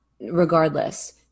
regardless